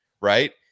right